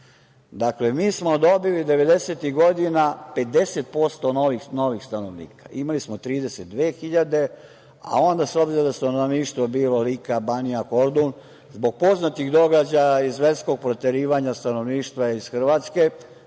Dakle, mi smo dobili 90-tih godina 50% novih stanovnika. Imali smo 32.000, a onda s obzirom da je stanovništvo bilo Lika, Banija, Kordun, zbog poznatih događaja i zverskog proterivanja stanovništva iz Hrvatske,